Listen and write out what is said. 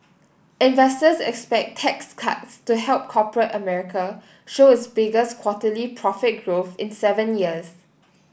investors expect tax cuts to help corporate America show its biggest quarterly profit growth in seven years